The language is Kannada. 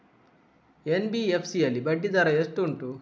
ಎನ್.ಬಿ.ಎಫ್.ಸಿ ಯಲ್ಲಿ ಬಡ್ಡಿ ದರ ಎಷ್ಟು ಉಂಟು?